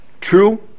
True